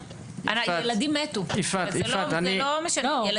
הילדים מתו, אז זה לא משנה.